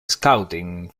scouting